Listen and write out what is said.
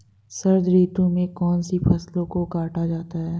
शरद ऋतु में कौन सी फसलों को काटा जाता है?